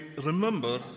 remember